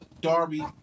Darby